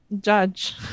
judge